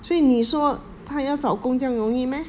所以你说他要找工这样容易 meh